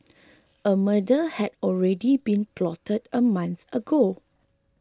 a murder had already been plotted a month ago